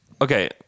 Okay